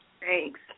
Thanks